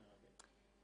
מרגש.